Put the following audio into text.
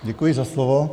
Děkuji za slovo.